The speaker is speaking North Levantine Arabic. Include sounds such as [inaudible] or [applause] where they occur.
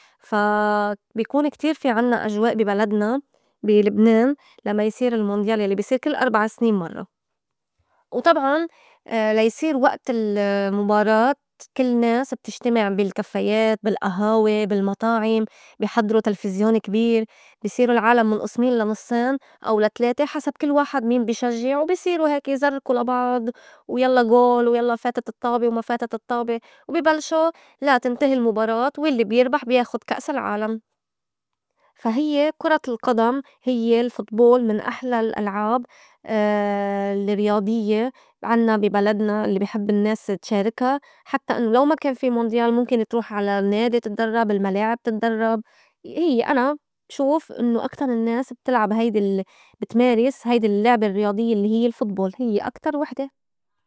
فا بيكون كتير في عنّا أجواء بي بلدنا بي لبنان لمّا يصير المونديال يلّي بيصير كل أربع سنين مرّة وطبعاً [hesitation] لا يصير وئت ال- [hesitation] المُباراة كل ناس بتجتمع بالكفّايات، بالئهاوي، بالمطاعم، بي حضرو تلفزيون كبير، بصيرو العالم منئسمين لا نصّين أو تلاتة حسب كل واحد مين بي شجّع وبي صيرو هيك يزركو لا بعض ويلّا غول ويلّا فاتت الطّابة وما فاتت الطّابة وبي بلشو لا تنتهي المُباراة والّي بيربح بياخُد كأس العالم. فا هيّ كُرة القدم هيّ الفوتبول من أحلى الألعاب [hesitation] الرياضيّة عنّا بي بلدنا الّي بحب النّاس تشاركا حتّى إنّو لو ما كان في مونديال مُمكن تروح على نادي تدرّب، الملاعب تتدرّب هيّ أنا بشوف إنّو أكتر النّاس بتلعب هيدي البتمارس هيدي اللّعبة الرياضيّة الّي هيّ الفوتبول هيّ أكتر وحدة.